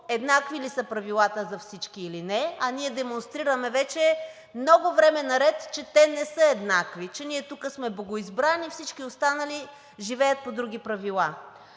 еднакви ли са правилата за всички или не, а ние демонстрираме вече много време наред, че те не са еднакви, че ние тук сме богоизбрани, а всички останали живеят по други правила.